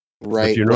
right